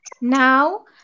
now